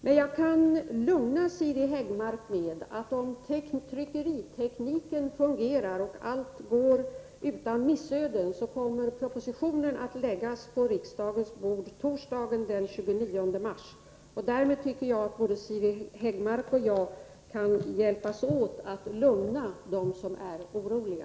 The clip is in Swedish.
Men jag kan lugna Siri Häggmark med att om tryckeritekniken fungerar och allt går utan missöden, så kommer propositionen att läggas på riksdagens bord torsdagen den 29 mars. Med det beskedet tycker jag att Siri Häggmark och jag kan hjälpas åt att lugna dem som är oroliga.